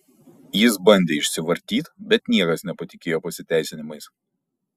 jis bandė išsivartyt bet niekas nepatikėjo pasiteisinimais